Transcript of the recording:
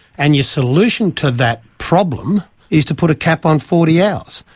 and your solution to that problem is to put a cap on forty hours.